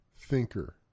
thinker